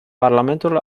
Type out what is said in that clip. parlamentul